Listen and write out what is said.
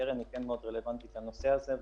הקרן היא כן מאוד רלוונטית לנושא הזה.